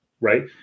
right